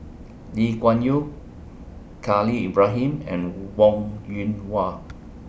Lee Kuan Yew Khalil Ibrahim and Wong Yoon Wah